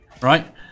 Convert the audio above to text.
Right